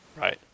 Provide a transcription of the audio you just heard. Right